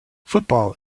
football